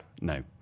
No